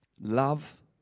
love